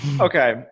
Okay